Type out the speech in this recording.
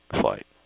flight